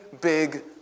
big